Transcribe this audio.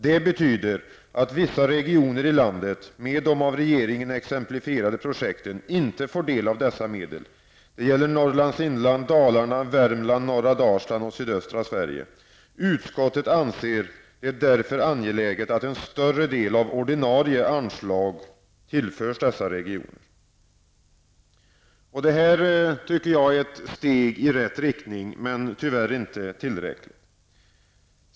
Det betyder att vissa regioner i landet, med de av regeringen exemplifierade projekten, inte direkt får del av dessa medel. Det gäller Norrlands inland, Dalarna, Utskottet anser det därför angeläget att en större del av ordinarie anslag tillförs dessa regioner.'' Detta tycker jag är ett steg i rätt riktning, men det är tyvärr inte tillräckligt.